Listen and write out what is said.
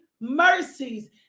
mercies